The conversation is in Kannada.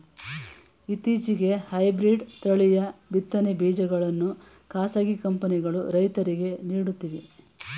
ಇತ್ತೀಚೆಗೆ ಹೈಬ್ರಿಡ್ ತಳಿಯ ಬಿತ್ತನೆ ಬೀಜಗಳನ್ನು ಖಾಸಗಿ ಕಂಪನಿಗಳು ರೈತರಿಗೆ ನೀಡುತ್ತಿವೆ